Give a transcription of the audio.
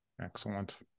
Excellent